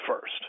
first